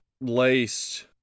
laced